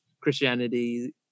Christianity